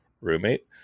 roommate